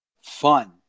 fun